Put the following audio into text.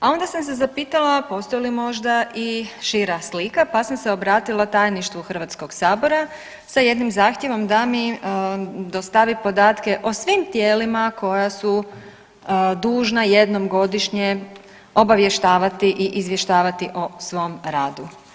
A onda sam se zapitala postoji li možda i šira slika, pa sam se obratila Tajništvu Hrvatskog sabora sa jednim zahtjevom da mi dostavi podatke o svim tijelima koja su dužna jednom godišnje obavještavati i izvještavati o svom radu.